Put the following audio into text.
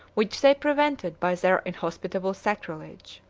which they prevented by their inhospitable sacrilege.